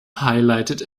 highlighted